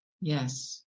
yes